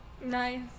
Nice